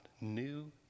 new